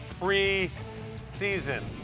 Pre-season